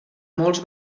molts